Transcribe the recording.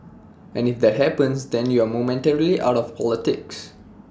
and if that happens then you're momentarily out of politics